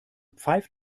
pfeift